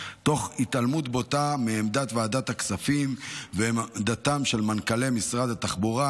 תוך התעלמות בוטה מעמדת ועדת הכספים ועמדתם של מנכ"לי משרד התחבורה,